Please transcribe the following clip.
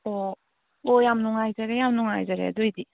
ꯑꯣ ꯑꯣ ꯌꯥꯝ ꯅꯨꯡꯉꯥꯏꯖꯔꯦ ꯌꯥꯝ ꯅꯨꯡꯉꯥꯏꯖꯔꯦ ꯑꯗꯨ ꯑꯣꯏꯗꯤ